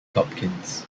hopkins